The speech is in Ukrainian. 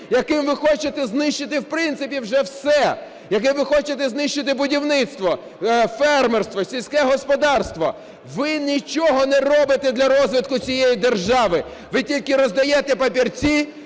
яким ви хочете знищити в принципі вже все, яким ви хочете знищити будівництво, фермерство, сільське господарство? Ви нічого не робите для розвитку цієї держави, ви тільки роздаєте папірці,